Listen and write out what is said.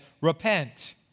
repent